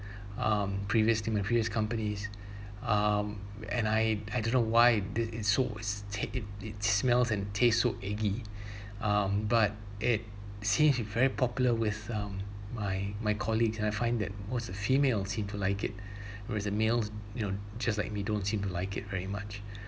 um previously my previous companies um and I I don't know why it it's so it's thick it it's smells and tastes so eggy um but it seems to be very popular with um my my colleagues and I find that most of the female seem to like it whereas the males you know just like me don't seem to like it very much